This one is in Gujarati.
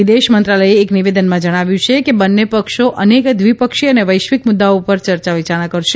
વિદેશ મંત્રાલયે એક નિવેદનમાં જણાવ્યું છે કે બંન્ને પક્ષો અનેક દ્વિપક્ષી અને વૈશ્વિક મુદ્દાઓ પર ચર્ચા વિચારણા કરશે